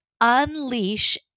unleash